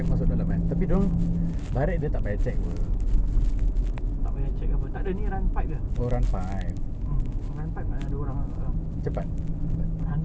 kalau dah macam kalau macam dulu sedap [tau] pasal dulu aku kenal budak City Gas yang run pipe dia orang dia orang call aku abang aku dah sampai ah abang kau run pipe ah lepas kau run pipe kau ambil gambar kau WhatsApp aku